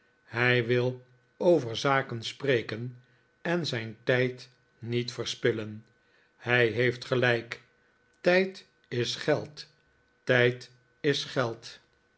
hij wil over zaken spreken en zijn tijd niet verspillen hij heeft gelijk tijd is geld tijd is geld